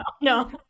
No